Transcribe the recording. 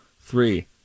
three